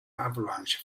avalanche